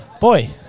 Boy